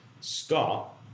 Scott